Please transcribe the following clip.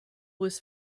was